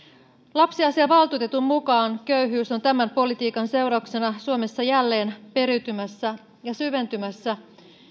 lapsiasiavaltuutetun mukaan köyhyys on tämän politiikan seurauksena suomessa jälleen periytymässä ja syventymässä